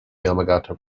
yamagata